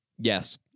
Yes